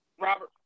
Robert